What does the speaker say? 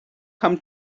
come